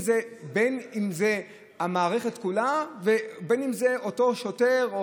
בין אם זה המערכת כולה ובין אם זה אותו שוטר או